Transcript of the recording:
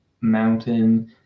mountain